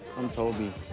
i'm toby.